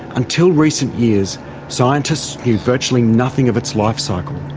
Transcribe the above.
until recent years scientists knew virtually nothing of its life cycle,